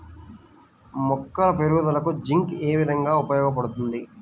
మొక్కల పెరుగుదలకు జింక్ ఏ విధముగా ఉపయోగపడుతుంది?